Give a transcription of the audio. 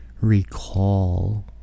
recall